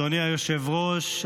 אדוני היושב-ראש,